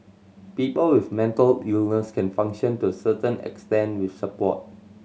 people with mental illness can function to certain extent with support